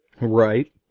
right